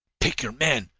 pick your men!